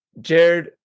Jared